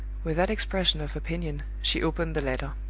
with that expression of opinion, she opened the letter.